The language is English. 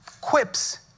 quips